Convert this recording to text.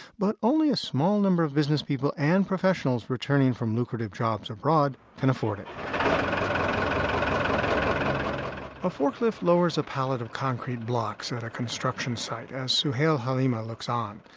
but only a small number of business people and professionals returning from lucrative jobs abroad can afford it um a forklift lowers a pallet of concrete blocks at a construction site as suhail halima looks on.